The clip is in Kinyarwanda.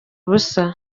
ubusa